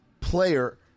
player